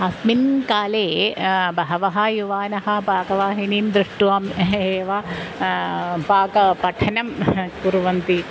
अस्मिन् काले बहवः युवानः पाकवाहिनीं दृष्ट्वा एव पाकं पठनं एव कुर्वन्ति